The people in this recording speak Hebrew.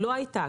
לא הייתה.